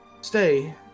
stay